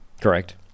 Correct